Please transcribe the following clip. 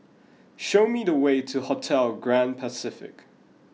show me the way to Hotel Grand Pacific